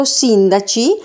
sindaci